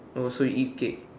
oh so you eat cake